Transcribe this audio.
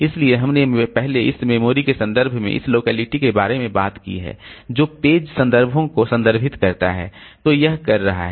इसलिए हमने पहले इस मेमोरी के संदर्भ में इस लोकेलिटी के बारे में बात की है जो पेज संदर्भों को संदर्भित करता है जो यह कर रहा है